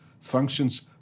functions